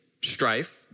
strife